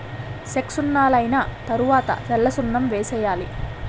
సెక్కసున్నలైన తరవాత తెల్లసున్నం వేసేయాలి